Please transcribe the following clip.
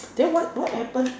then what what happen